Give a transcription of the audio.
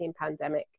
pandemic